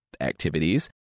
activities